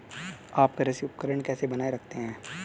आप कृषि उपकरण कैसे बनाए रखते हैं?